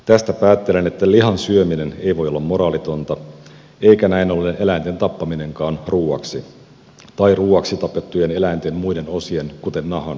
tästä päättelen että lihan syöminen ei voi olla moraalitonta eikä näin ollen eläinten tappaminenkaan ruuaksi tai ruuaksi tapettujen eläinten muiden osien kuten nahan hyödyntäminen